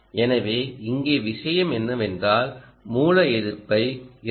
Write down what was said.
எனவே இங்கே விஷயம் என்னவென்றால் மூல எதிர்ப்பை 2